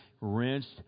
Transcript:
rinsed